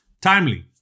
Timely